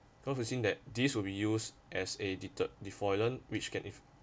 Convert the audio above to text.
caused the thing that this will be used as a edited the fallen which can if~